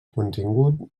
contingut